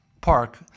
Park